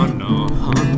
no